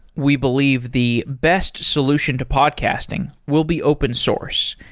we believe the best solution to podcasting will be open source,